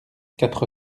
quatre